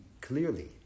clearly